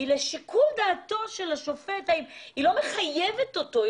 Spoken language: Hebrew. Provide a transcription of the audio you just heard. היא לשיקול דעתו של השופט, היא לא מחייבת אותו.